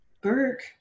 Burke